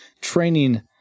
training